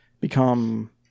become